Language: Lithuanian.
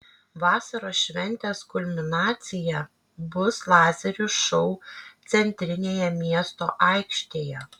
vasaros šventės kulminacija bus lazerių šou centrinėje miesto aikštėje